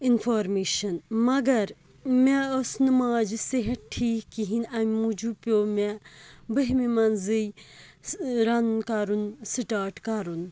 information مگر مےٚ ٲس نہٕ ماجہٕ صحت ٹھیٖک کِہیٖنۍ اَمہِ موٗجوٗب پیوٚو مےٚ بٔہمہِ منٛزٕے رَنُن کَرُن سِٹاٹ کَرُن